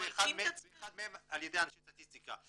ואחד מהם על ידי אנשי סטטיסטיקה,